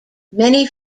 many